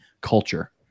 culture